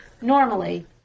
normally